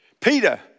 Peter